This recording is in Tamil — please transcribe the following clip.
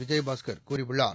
விஜயபாஸ்கர் கூறியுள்ளார்